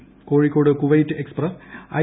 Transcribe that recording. Kozhikode Kuwait express I